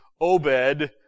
Obed